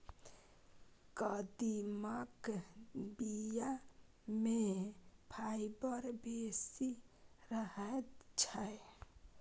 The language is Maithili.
कदीमाक बीया मे फाइबर बेसी रहैत छै